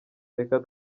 reka